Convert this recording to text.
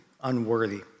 unworthy